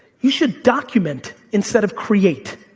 we should document instead of create.